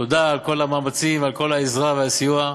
תודה על כל המאמצים ועל כל העזרה והסיוע.